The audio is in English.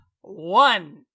One